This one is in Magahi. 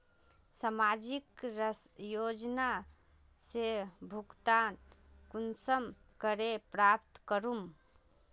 सामाजिक योजना से भुगतान कुंसम करे प्राप्त करूम?